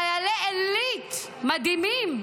חיילי עילית מדהימים,